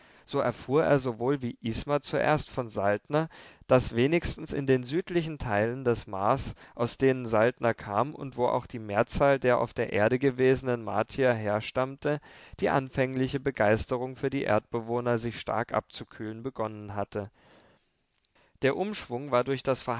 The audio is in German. so erfuhr er sowohl wie isma zuerst von saltner daß wenigstens in den südlichen teilen des mars aus denen saltner kam und wo auch die mehrzahl der auf der erde gewesenen martier herstammte die anfängliche begeisterung für die erdbewohner sich stark abzukühlen begonnen hatte der umschwung war durch das